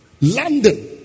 london